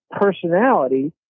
personality